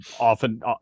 often